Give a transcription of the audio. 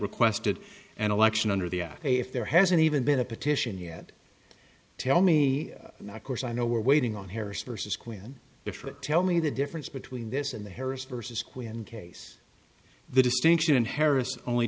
requested an election under the act if there hasn't even been a petition yet tell me a course i know we're waiting on harris versus quinn district tell me the difference between this and the harris versus quinn case the distinction in harris only